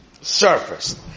Surfaced